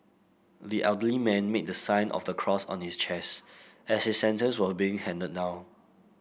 the elderly man made the sign of the cross on his chest as his sentence was being handed down